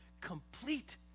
complete